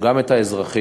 גם את האזרחים.